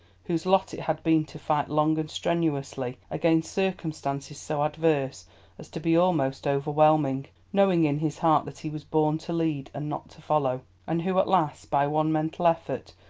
whose lot it has been to fight long and strenuously against circumstances so adverse as to be almost overwhelming, knowing in his heart that he was born to lead and not to follow and who at last, by one mental effort,